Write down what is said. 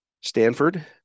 Stanford